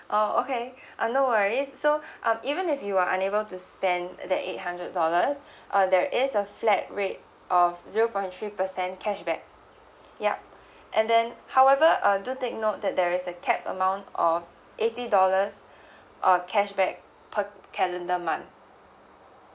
oh okay uh no worries so um even if you are unable to spend uh that eight hundred dollars uh there is a flat rate of zero point three percent cashback yup and then however uh do take note that there is a capped amount of eighty dollars or cashback per calendar month